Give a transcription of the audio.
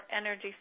energy